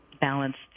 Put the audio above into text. balanced